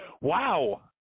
Wow